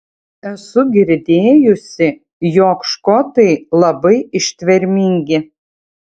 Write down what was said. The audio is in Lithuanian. esu girdėjusi jog škotai labai ištvermingi